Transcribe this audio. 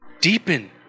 Deepen